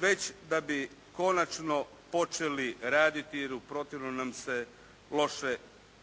već da bi konačno počeli raditi jer u protivnom nam se loše